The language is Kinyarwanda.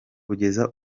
kugeza